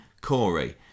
Corey